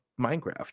Minecraft